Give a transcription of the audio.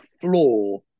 floor